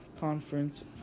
conference